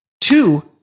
two